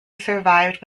survived